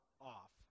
off